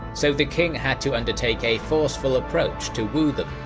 so the king had to undertake a forceful approach to woo them.